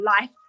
life